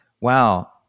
Wow